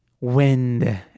wind